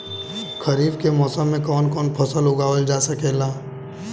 खरीफ के मौसम मे कवन कवन फसल उगावल जा सकेला?